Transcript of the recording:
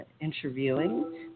interviewing